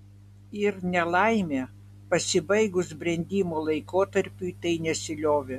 ir nelaimė pasibaigus brendimo laikotarpiui tai nesiliovė